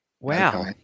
Wow